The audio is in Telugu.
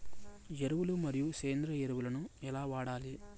ఎరువులు మరియు సేంద్రియ ఎరువులని ఎలా వాడాలి?